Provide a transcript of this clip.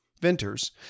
Venter's